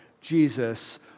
Jesus